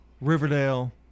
Riverdale